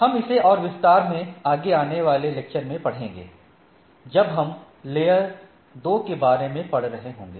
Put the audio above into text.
हम इसे और विस्तार में आगे आने वाले लेक्चर में पड़ेंगे जब हम लेयर 2 के बारे में पढ़ रहे होंगे